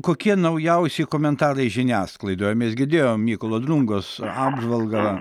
kokie naujausi komentarai žiniasklaidoje mes girdėjom mykolo drungos apžvalgą